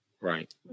Right